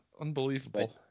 unbelievable